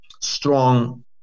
strong